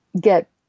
get